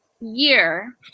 year